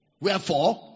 Wherefore